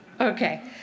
Okay